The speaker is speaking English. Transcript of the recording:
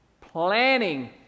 Planning